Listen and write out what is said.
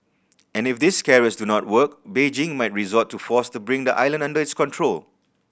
and if these carrots do not work Beijing might resort to force to bring the island under its control